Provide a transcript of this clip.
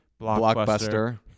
blockbuster